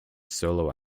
solo